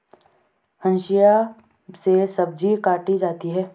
हंसिआ से सब्जी काटी जाती है